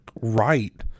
right